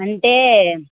అంటే